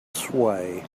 sway